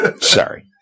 Sorry